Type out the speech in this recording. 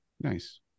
Nice